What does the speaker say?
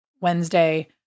Wednesday